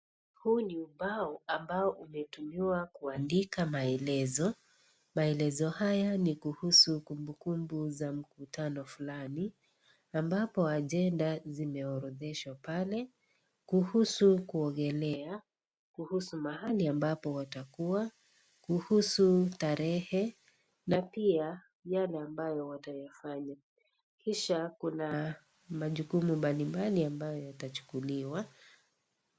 Huu ni mbao ambao umetumiwa kuandika maelezo, maelezo haya ni kuhusu kumbukumbu za mkutano flani ambapo ajenda zimeorodheshwa pale kuhusu kuogelea, kuhusu mahali ambapo watakuwa, kuhusu tarehe na pia yale ambayo watayafanya. Kisha kuna machughumu mbalimbali ambayo yatachukuliwa.